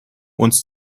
uns